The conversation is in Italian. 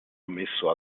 ammesso